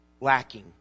lacking